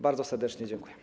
Bardzo serdecznie dziękuję.